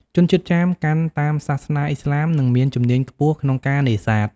ជនជាតិចាមកាន់តាមសាសនាអ៊ីស្លាម និងមានជំនាញខ្ពស់ក្នុងការនេសាទ។